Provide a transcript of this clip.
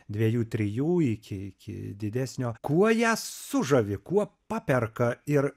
dviejų trijų iki iki didesnio kuo jas sužavi kuo paperka ir